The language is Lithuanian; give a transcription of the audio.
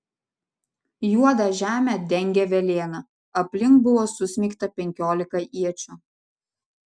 juodą žemę dengė velėna aplink buvo susmeigta penkiolika iečių